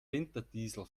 winterdiesel